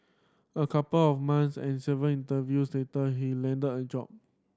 a couple of months and several interviews later he landed a job